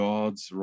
God's